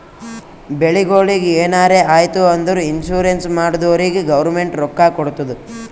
ಬೆಳಿಗೊಳಿಗ್ ಎನಾರೇ ಆಯ್ತು ಅಂದುರ್ ಇನ್ಸೂರೆನ್ಸ್ ಮಾಡ್ದೊರಿಗ್ ಗೌರ್ಮೆಂಟ್ ರೊಕ್ಕಾ ಕೊಡ್ತುದ್